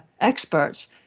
experts